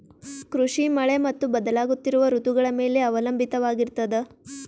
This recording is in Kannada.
ಕೃಷಿ ಮಳೆ ಮತ್ತು ಬದಲಾಗುತ್ತಿರುವ ಋತುಗಳ ಮೇಲೆ ಅವಲಂಬಿತವಾಗಿರತದ